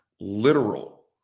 literal